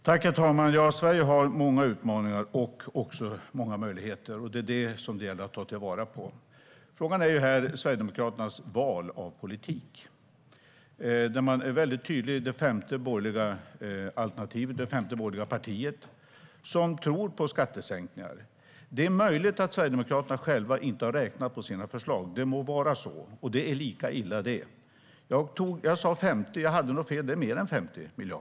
Herr talman! Sverige har många utmaningar och även många möjligheter. Det gäller att ta till vara detta. Frågan handlar här om Sverigedemokraternas val av politik. De är tydligt det femte borgerliga alternativet och partiet som tror på skattesänkningar. Det är möjligt att Sverigedemokraterna själva inte har räknat på sina förslag. Det må vara så, och det är lika illa. Jag sa att ni föreslår 50 miljarder, men jag hade nog fel, för det är mer än 50.